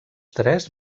tres